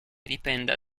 dipenda